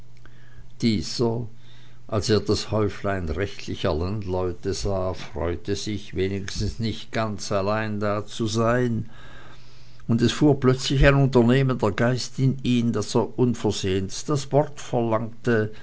dieser als er das häuflein rechtlicher landleute sah freute sich wenigstens nicht ganz allein dazusein und es fuhr plötzlich ein unternehmender geist in ihn daß er unversehens das wort verlangte